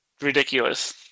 ridiculous